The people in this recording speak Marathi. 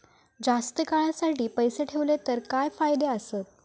जास्त काळासाठी पैसे ठेवले तर काय फायदे आसत?